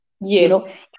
Yes